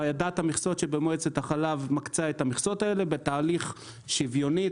ועדת המכסות שבמועצת החלב מקצה את המכסות האלה בתהליך שוויוני,